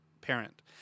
parent